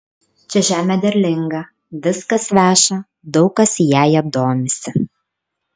čia žemė derlinga viskas veša daug kas jąja domisi